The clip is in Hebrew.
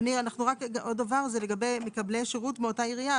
אדוני, עוד דבר לגבי מקבלי השירות מאותה עירייה.